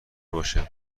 باشه